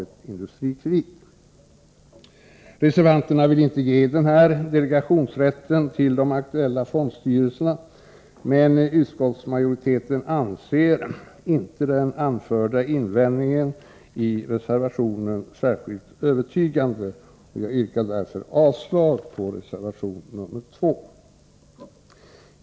1 juni 1984 Reservanterna ville inte ge denna delegationsrätt till de aktuella fondstyrelserna, men utskottsmajoriteten anser inte den anförda invändningen i reservationen särskilt övertygande. Jag yrkar därför avslag på reservation nr 2.